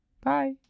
Bye